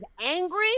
angry